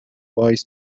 vice